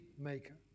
maker